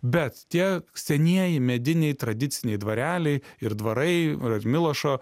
bet tie senieji mediniai tradiciniai dvareliai ir dvarai ar milošo